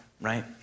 right